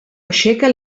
aixeca